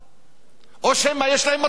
או שמא יש להם מטרות אחרות?